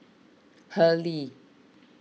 Hurley